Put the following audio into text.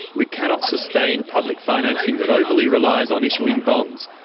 we cannot sustain public financing that overly relies on issuing bonds.